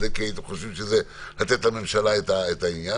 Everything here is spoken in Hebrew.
כי הייתם חושבים לתת לממשלה את העניין.